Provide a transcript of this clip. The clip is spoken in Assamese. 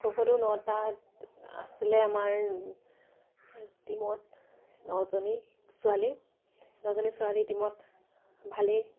খো খো নটাত আছিলে আমাৰ টীমত নজনী ছোৱালী নজনী ছোৱালী টীমত ভালেই